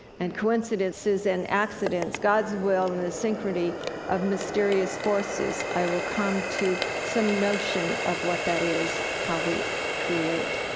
and coincidences and accidents, god's will, and the synchrony of mysterious forces i will come to some notion of what that is, how we create.